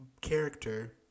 character